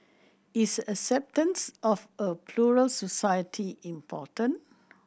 is acceptance of a plural society important